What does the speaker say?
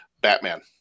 Batman